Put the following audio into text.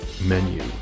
menu